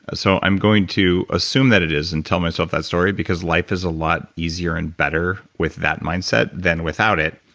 ah so i'm going to assume that it is and tell myself that story because life is a lot easier and better with that mindset than without it,